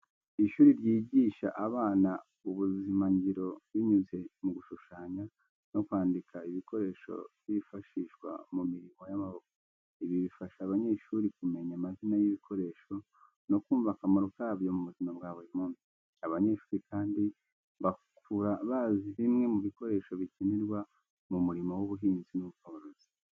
Ishuri ryigisha abana ubuzimangiro binyuze mu gushushanya no kwandika ibikoresho bifashishwa mu mirimo y’amaboko. Ibi bifasha abanyeshuri kumenya amazina y’ibikoresho no kumva akamaro kabyo mu buzima bwa buri munsi. Abanyeshuri kandi bakura bazi bimwe mu bikoresho bikenerwa mu murimo w'ubuhinzi n'ubworozi.